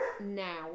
now